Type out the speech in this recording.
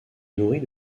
nourrit